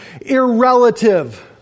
irrelative